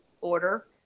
order